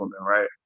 right